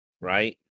right